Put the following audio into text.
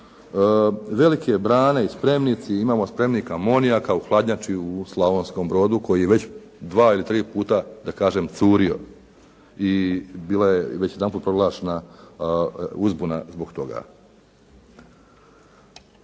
Velike brane i spremnici, imamo spremnik amonijaka u hladnjači u slavonskom brodu koji je već dva ili tri puta da kažem curio i bila je već jedanput proglašena uzbunu zbog toga.